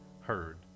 heard